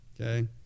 okay